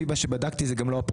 לפי מה שבדקתי, זה גם לא הפרוטוקול.